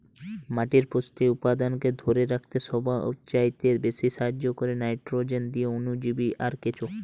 মাটির পুষ্টি উপাদানকে ধোরে রাখতে সবচাইতে বেশী সাহায্য কোরে নাইট্রোজেন দিয়ে অণুজীব আর কেঁচো